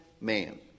man